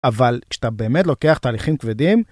אבל כשאתה באמת לוקח תהליכים כבדים...